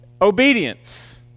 obedience